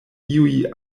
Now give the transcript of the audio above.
iuj